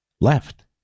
left